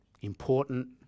important